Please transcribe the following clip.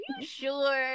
sure